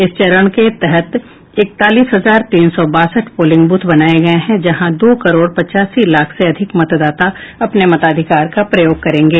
इस चरण के तहत इकतालीस हजार तीन सौ बासठ पोलिंग बूथ बनाये गये हैं जहां दो करोड़ पचासी लाख से अधिक मतदाता अपने मताधिकार का प्रयोग करेंगे